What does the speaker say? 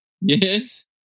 Yes